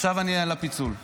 עכשיו אני אדבר על הפיצולים.